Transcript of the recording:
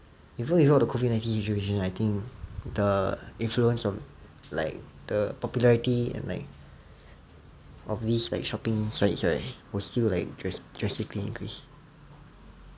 even without the COVID nineteen situation like I think the influence of like the popularity and like of these like shopping sites right will still like drastically increase